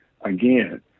again